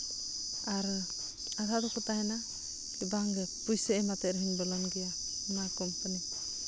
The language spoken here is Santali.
ᱟᱨ ᱟᱫᱷᱟ ᱫᱚᱠᱚ ᱛᱟᱦᱮᱱᱟ ᱵᱟᱝᱜᱮ ᱯᱩᱭᱥᱟᱹ ᱮᱢ ᱠᱟᱛᱮᱫ ᱨᱮᱦᱚᱸᱧ ᱵᱚᱞᱚᱱ ᱜᱮᱭᱟ ᱚᱱᱟ ᱠᱳᱢᱯᱟᱱᱤ